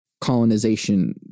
colonization